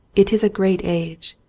it is a great age.